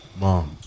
Mom